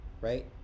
Right